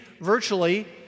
virtually